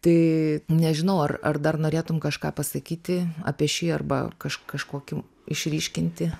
tai nežinau ar ar dar norėtum kažką pasakyti apie šį arba kaž kažkokį išryškinti